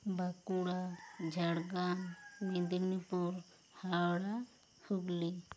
Bankura Jhargram Midnapore Howrah Hooghly